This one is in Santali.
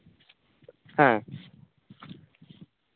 ᱦᱮᱸ